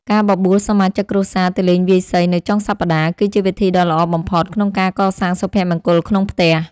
ការបបួលសមាជិកគ្រួសារទៅលេងវាយសីនៅចុងសប្តាហ៍ គឺជាវិធីដ៏ល្អបំផុតក្នុងការកសាងសុភមង្គលក្នុងផ្ទះ។